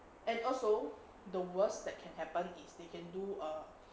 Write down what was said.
and also the worst that can happen is they can do a